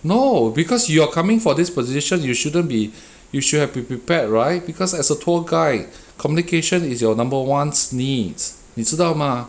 no because you are coming for this position you shouldn't be you should have been prepared right because as a tour guide communication is your number one needs 你知道 mah